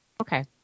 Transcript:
Okay